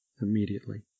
immediately